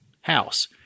house